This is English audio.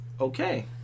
okay